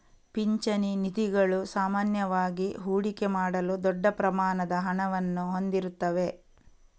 ಪಿಂಚಣಿ ನಿಧಿಗಳು ಸಾಮಾನ್ಯವಾಗಿ ಹೂಡಿಕೆ ಮಾಡಲು ದೊಡ್ಡ ಪ್ರಮಾಣದ ಹಣವನ್ನು ಹೊಂದಿರುತ್ತವೆ